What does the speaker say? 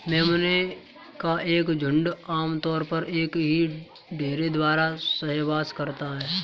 मेमने का एक झुंड आम तौर पर एक ही मेढ़े द्वारा सहवास करता है